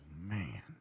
man